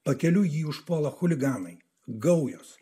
pakeliui jį užpuola chuliganai gaujos